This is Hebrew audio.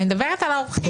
אורחים.